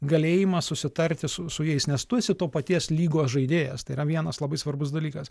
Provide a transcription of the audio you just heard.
galėjimas susitarti su su jais nes tu esi to paties lygo žaidėjas tai yra vienas labai svarbus dalykas